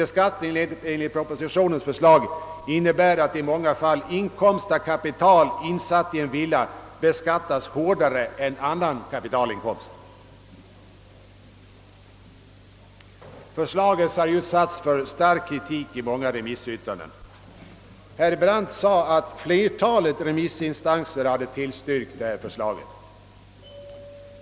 beskattning enligt propositionens förslag innebär i många fall att inkomst av kapital, insatt i en villa, beskattas hårdare än annan kapitalinkomst. Förslaget har utsatts för stark kritik i många remissyttranden. Herr Brandt sade att flertalet remissinstanser hade tillstyrkt detta förslag.